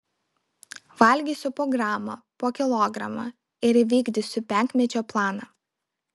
valgysiu po gramą po kilogramą ir įvykdysiu penkmečio planą